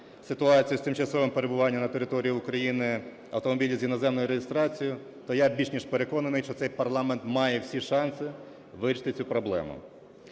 ситуації з тимчасовим перебуванням на території України автомобілів з іноземною реєстрацією. Та я більш ніж переконаний, що цей парламент має всі шанси вирішити цю проблему.